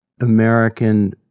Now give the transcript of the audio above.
American